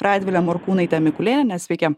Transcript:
radvile morkūnaite mikulėniene sveiki